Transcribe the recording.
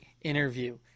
interview